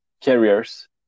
carriers